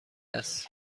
است